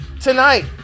Tonight